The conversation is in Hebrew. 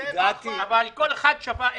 אבל כל אחת שווה אלף.